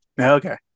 Okay